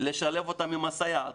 לשלב אותם עם הסייעת.